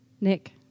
Nick